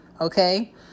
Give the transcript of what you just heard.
okay